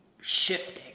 shifting